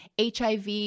HIV